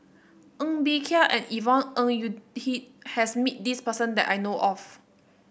Ng Bee Kia and Yvonne Ng Uhde has meet this person that I know of